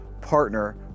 partner